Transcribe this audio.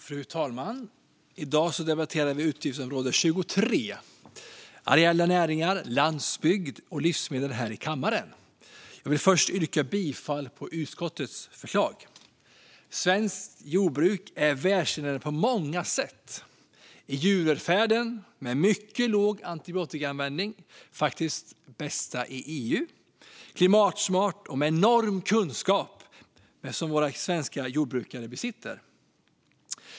Fru talman! I dag debatterar vi här i kammaren utgiftsområde 23 Areella näringar, landsbygd och livsmedel. Jag vill först yrka bifall till utskottets förslag. Svenskt jordbruk är världsledande på många sätt, bland annat när det gäller djurvälfärd, med mycket låg antibiotikaanvändning - faktiskt bäst i EU. Jordbruket är klimatsmart, och våra svenska jordbrukare besitter en enorm kunskap.